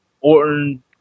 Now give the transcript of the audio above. Orton